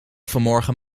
vanmorgen